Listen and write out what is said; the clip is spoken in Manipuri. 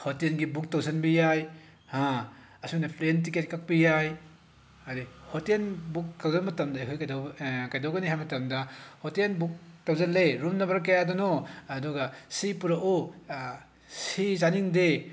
ꯍꯣꯇꯦꯜꯒꯤ ꯕꯨꯛ ꯇꯧꯁꯤꯟꯕ ꯌꯥꯏ ꯍꯥ ꯑꯁꯨꯝꯅ ꯄ꯭ꯂꯦꯟ ꯇꯤꯀꯦꯠ ꯀꯛꯄ ꯌꯥꯏ ꯑꯗꯒꯤ ꯍꯣꯇꯦꯜ ꯕꯨꯛ ꯀꯛꯄ ꯃꯇꯝꯗ ꯑꯩꯈꯣꯏ ꯀꯩꯗꯧꯕ ꯀꯩꯗꯧꯒꯅꯤ ꯍꯥꯏꯕ ꯃꯇꯝꯗ ꯍꯣꯇꯦꯜ ꯕꯨꯛ ꯇꯧꯁꯤꯜꯂꯦ ꯔꯨꯝ ꯅꯝꯕꯔ ꯀꯌꯥꯗꯅꯣ ꯑꯗꯨꯒ ꯁꯤ ꯄꯨꯔꯛꯑꯣ ꯁꯤ ꯆꯥꯅꯤꯡꯗꯦ